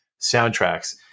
soundtracks